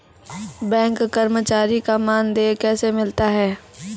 Bank कर्मचारी का मानदेय कैसे मिलता हैं?